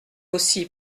aussi